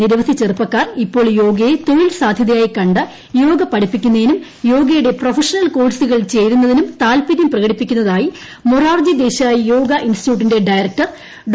നിരവധി ചെറുപ്പക്കാർ ഇപ്പോൾ യോഗയെ തൊഴിൽ സാധ്യതയായി കണ്ട് യോഗ പഠിപ്പിക്കുന്നതിനും യോഗയുടെ പ്രൊഫഷണൽ കോഴ്സുകളിൽ ചേരുന്നതിനും താൽപര്യം പ്രകടിപ്പിക്കുന്നതായ മൊറാർജി ദേശായി യോഗ ഇൻസ്റ്റിറ്റ്യൂട്ടിന്റെ ഡയറക്ടർ ഡോ